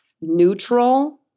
neutral